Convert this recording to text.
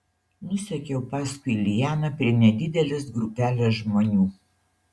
nusekiau paskui lianą prie nedidelės grupelės žmonių